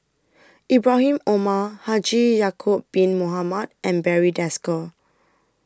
Ibrahim Omar Haji Ya'Acob Bin Mohamed and Barry Desker